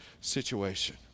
situation